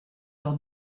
leur